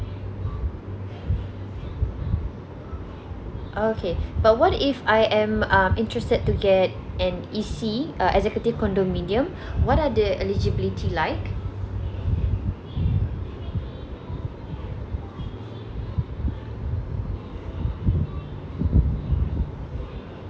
okay but what if I am um interested to get an E_C uh executive condominium what are the eligibility like